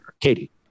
Katie